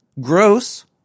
Gross